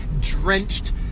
drenched